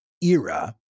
era